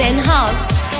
enhanced